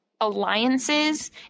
alliances